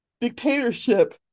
dictatorship